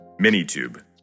Minitube